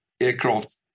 aircraft